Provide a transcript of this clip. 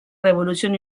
revolución